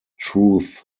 truth